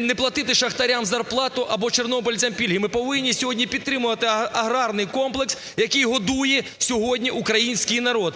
не платити шахтарям зарплату або чорнобильцям пільги. Ми повинні сьогодні підтримувати аграрний комплекс, який годує сьогодні український народ,